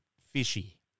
fishy